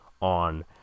on